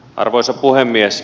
arvoisa puhemies